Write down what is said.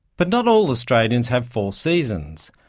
but not all australians have four seasons.